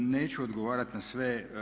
Neću odgovarati na sve.